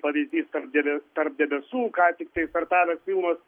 pavyzdys tarp debe tarp debesų ką tiktai startavęs filmas